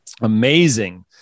Amazing